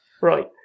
Right